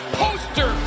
poster